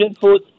food